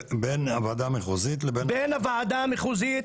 בין הוועדה המחוזית לבין --- בין הוועדה המחוזית,